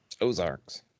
Ozarks